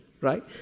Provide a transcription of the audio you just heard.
right